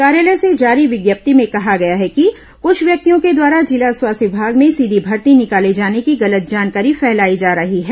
कार्यालय से जारी विज्ञप्ति में कहा गया है कि कुछ व्यक्तियों के द्वारा जिला स्वास्थ्य विभाग में सीधी भर्ती निकाले जाने की गलत जानकारी फैलाई जा रही है